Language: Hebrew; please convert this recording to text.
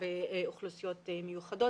כלפי אוכלוסיות מיוחדות,